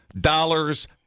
dollars